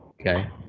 okay